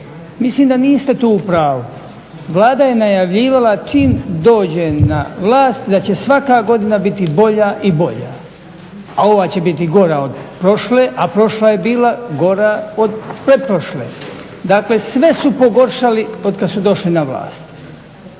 Mislim da niste tu u pravu. Vlada je najavljivala čim dođe na vlast da će svaka godina biti bolja i bolja. A ova će biti gora od prošle, a prošla je bila od pretprošle. Dakle, sve su pogoršali otkad su došli na vlast.